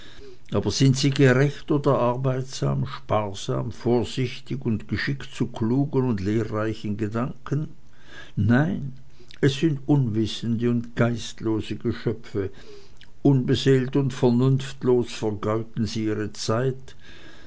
aber sind sie gerecht oder arbeitsam sparsam vorsichtig und geschickt zu klugen und lehrreichen gedanken nein es sind unwissende und geistlose geschöpfe unbeseelt und vernunftlos vergeuden sie ihre zeit